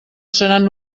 seran